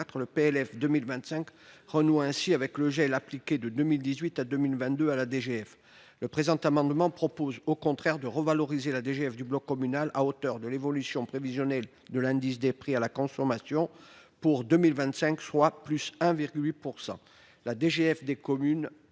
et 2024, il renoue ainsi avec le gel appliqué de 2018 à 2022. Le présent amendement tend, au contraire, à revaloriser la DGF du bloc communal à hauteur de l’évolution prévisionnelle de l’indice des prix à la consommation pour 2025, soit une hausse de 1,8 %. La DGF des communes